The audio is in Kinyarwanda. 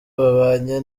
babanye